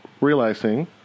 realizing